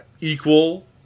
equal